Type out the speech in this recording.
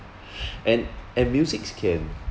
and and music can